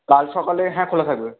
কাল সকালে হ্যাঁ খোলা থাকবে